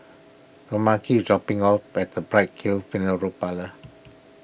Tomeka dropping off by the Bright Hill Funeral Parlour